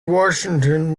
washington